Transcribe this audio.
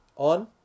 On